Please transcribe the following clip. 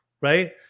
right